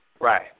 Right